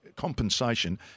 compensation